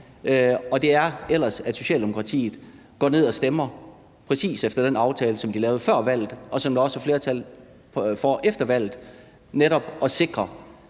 i, eller ved at Socialdemokratiet går ned og stemmer præcis efter den aftale, som de lavede før valget, og som der også er flertal for efter valget, så det netop sikres,